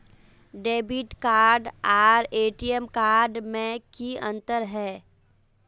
Debit card आर ATM card में की अंतर है?